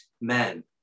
Men